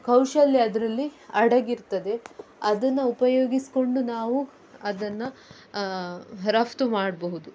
ಕೌಶಲ್ಯ ಅದರಲ್ಲಿ ಅಡಗಿರ್ತದೆ ಅದನ್ನು ಉಪಯೋಗಿಸಿಕೊಂಡು ನಾವು ಅದನ್ನು ರಫ್ತು ಮಾಡಬಹುದು